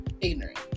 ignorant